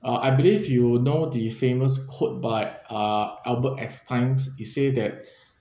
uh I believe you know the famous quote by uh albert einstein he say that